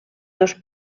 dos